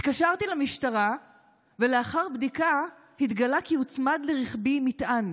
התקשרתי למשטרה ולאחר בדיקה התגלה כי הוצמד לרכבי מטען,